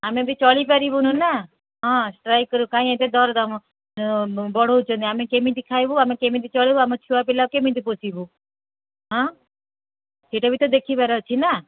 ଆମେ ବି ଚଳିପାରିବୁନି ନା ହଁ ଷ୍ଟ୍ରାଇକ୍ କରିବୁ କାହିଁ ଏତେ ଦରଦାମ ବଢ଼ଉଛନ୍ତି ଆମେ କେମିତି ଖାଇବୁ ଆମେ କେମିତି ଚଳିବୁ ଆମ ଛୁଆ ପିଲା କେମିତି ପୋଶିବୁ ହଁ ସେଇଟା ବି ତ ଦେଖିବାର ଅଛି ନା